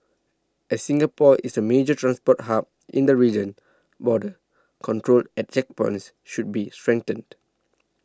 as Singapore is a major transport hub in the region border control at checkpoints should be strengthened